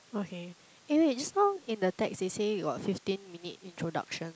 okay eh wait just now in the text they say you got fifteen minute introduction